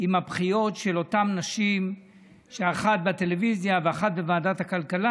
עם הבכיות של אותן נשים אחת בטלוויזיה ואחת בוועדת הכלכלה,